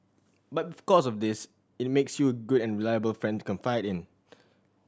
but because of this it makes you a good and reliable friend to confide in